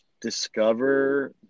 discover